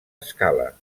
escala